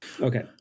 Okay